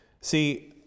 See